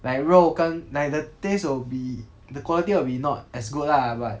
like 肉跟 like the taste will be the quality will be not as good lah but